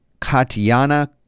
Katiana